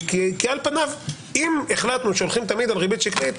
על פניו אם החלטנו שהולכים תמיד על ריבית שקלית